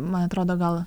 man atrodo gal